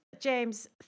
James